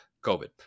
COVID